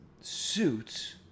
suits